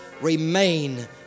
Remain